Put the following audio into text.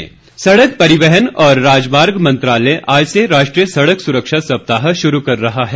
सड़क सुरक्षा सड़क परिवहन और राजमार्ग मंत्रालय आज से राष्ट्रीय सड़क सुरक्षा सप्ताह शुरू कर रहा है